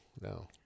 No